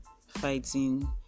fighting